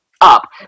up